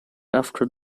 after